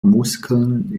muskeln